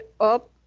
up